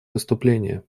выступление